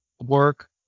work